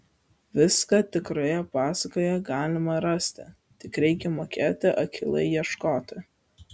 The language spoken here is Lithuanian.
viską tikroje pasakoje galima rasti tik reikia mokėti akylai ieškoti